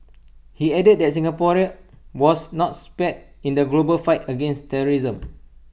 he added that Singapore was not spared in the global fight against terrorism